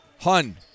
Hun